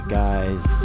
guys